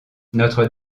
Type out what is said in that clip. notre